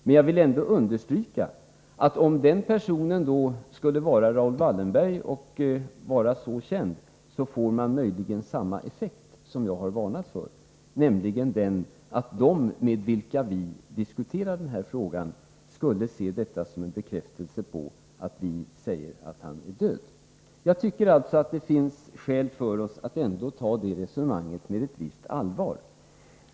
Men jag vill ändå understryka att om den person som väljs som symbol skulle vara Raoul Wallenberg och vara så känd, får man möjligen samma effekt som jag har varnat för, nämligen att de med vilka vi diskuterar denna fråga ser det som en bekräftelse på att vi uppfattar honom som död. Jag tycker alltså att det finns skäl för oss att ta det resonemanget på ett visst allvar.